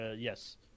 Yes